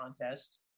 contest